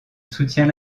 soutient